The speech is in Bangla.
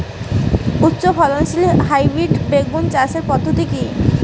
উচ্চ ফলনশীল হাইব্রিড বেগুন চাষের পদ্ধতি কী?